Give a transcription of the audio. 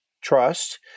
trust